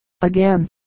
again